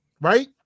Right